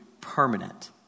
permanent